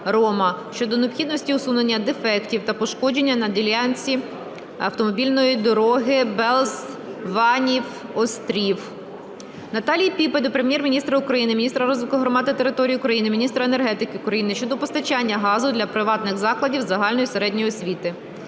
"Рома" щодо необхідності усунення дефектів та пошкоджень на ділянці автомобільної дороги Белз-Ванів-Острів. Наталії Піпи до Прем'єр-міністра України, міністра розвитку громад та територій України, міністра енергетики України щодо постачання газу для приватних закладів загальної середньої освіти.